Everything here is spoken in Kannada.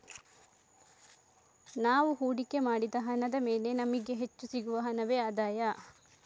ನಾವು ಹೂಡಿಕೆ ಮಾಡಿದ ಹಣದ ಮೇಲೆ ನಮಿಗೆ ಹೆಚ್ಚು ಸಿಗುವ ಹಣವೇ ಆದಾಯ